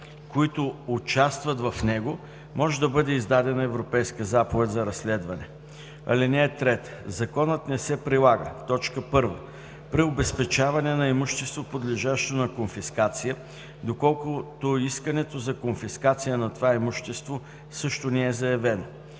които участват в него, може да бъде издадена Европейска заповед за разследване. (3) Законът не се прилага: 1. при обезпечаване на имущество, подлежащо на конфискация, доколкото искането за конфискация на това имущество също не е заявено;